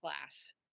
class